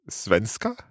svenska